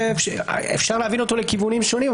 אפשר להבין אותו לכיוונים שונים,